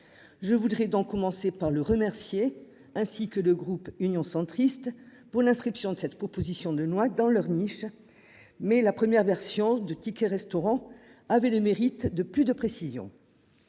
Je voudrais donc commencer par le remercier, ainsi que de groupe Union centriste pour l'inscription de cette proposition de loi dans leur niche. Mais la première version de tickets restaurant avait le mérite de plus de précisions.